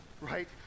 right